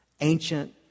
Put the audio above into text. Ancient